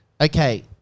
okay